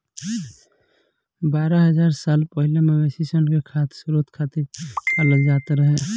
बारह हज़ार साल पहिले मवेशी सन के खाद्य स्रोत खातिर पालल जात रहे